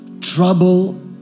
trouble